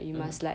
mm